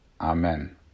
Amen